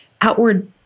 outward